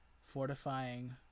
fortifying